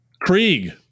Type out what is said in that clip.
Krieg